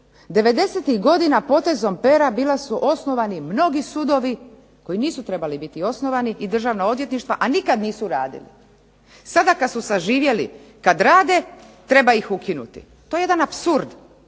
90-ih godina potezom pera bila su osnovani mnogi sudovi koji nisu trebali biti osnovani i državna odvjetništva a nikad nisu radili. Sada kad su saživjeli, kad rade, treba ih ukinuti. To je jedan apsurd.